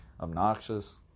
obnoxious